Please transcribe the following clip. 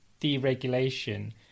deregulation